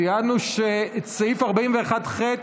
ציינו את סעיף 41(ח),